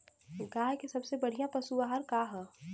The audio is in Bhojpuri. गाय के सबसे बढ़िया पशु आहार का ह?